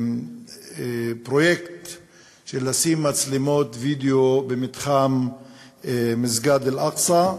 פרויקט של הצבת מצלמות וידיאו במתחם מסגד אל-אקצא,